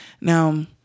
now